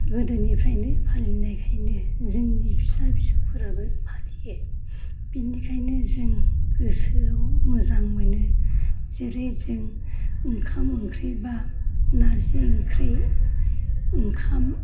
गोदोनिफ्रायनो फालिनायखायनो जोंनि फिसा फिसौफोराबो फालियो बिनिखायनो जों गोसोआव मोजां मोनो जेरै जों ओंखाम ओंख्रिबा नारजि ओंख्रि ओंखाम